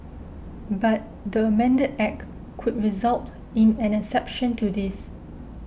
but the amended Act could result in an exception to this